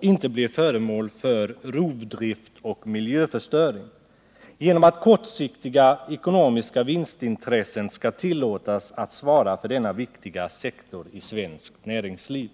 inte blir föremål för rovdrift och miljöförstöring till följd av att kortsiktiga ekonomiska vinstintressen skall tillåtas svara för denna viktiga sektor inom svenskt näringsliv.